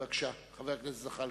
בבקשה, חבר הכנסת זחאלקה.